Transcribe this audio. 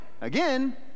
Again